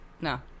no